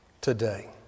today